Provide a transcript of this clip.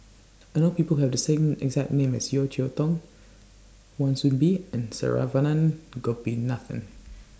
I know People Who Have The exact name as Yeo Cheow Tong Wan Soon Bee and Saravanan Gopinathan